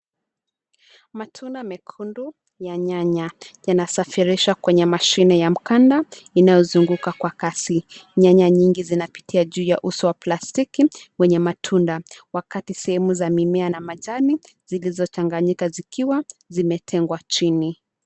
Matunda mekundu ya nyanya yanasafirisha kwenye mashine ya mkanda inayozunguka kwa kasi. Nyanya nyingi zinapitia juu ya uso wa plastiki wenye matunda wakati sehemu za mimea na majani zilizochanganyika zikiwa zimetengwa chini.